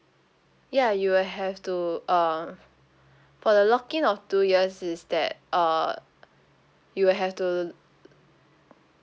ya you will have to uh for the lock-in of two years is that uh you'll have to